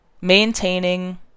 Maintaining